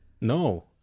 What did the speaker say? No